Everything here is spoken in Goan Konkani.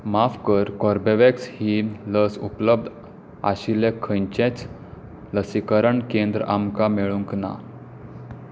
माफ कर कोर्बेवॅक्स ही लस उपलब्ध आशिल्लें खंयचेंच लसीकरण केंद्र आमकां मेळूंक ना